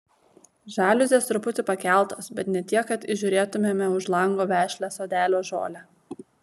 žaliuzės truputį pakeltos bet ne tiek kad įžiūrėtumėme už lango vešlią sodelio žolę